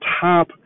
top